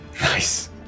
nice